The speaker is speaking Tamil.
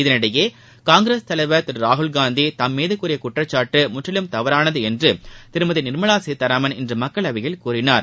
இதனிடையே காங்கிரஸ் தலைவர் திரு ராகுல்காந்தி தம்மீது கூறிய குற்றச்சாட்டு முற்றிலும் தவறானது என்று திருமதி நிர்மலா சீதாராமன் இன்று மக்களவையில் கூறினார்